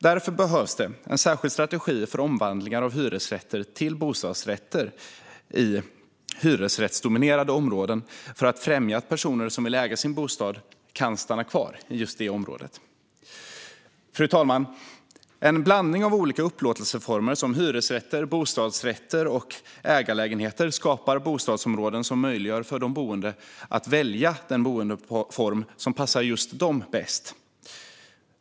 Därför behövs det en särskild strategi för omvandlingar av hyresrätter till bostadsrätter i hyresrättsdominerade områden för att främja att personer som vill äga sin bostad kan stanna kvar i just detta område. Fru talman! En blandning av olika upplåtelseformer, som hyresrätter, bostadsrätter och ägarlägenheter, skapar bostadsområden som möjliggör för de boende att välja den boendeform som passar just dem bäst.